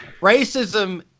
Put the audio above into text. racism